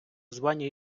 звані